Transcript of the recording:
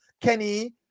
Kenny